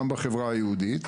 גם בחברה היהודית,